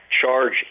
charge